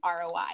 ROI